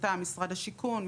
מטעם משרד השיכון,